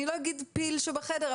אני לא אגיד פיל שבחדר,